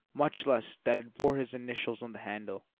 much less that it bore his initials on the handle.